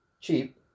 cheap